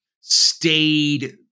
stayed